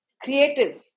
creative